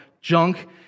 junk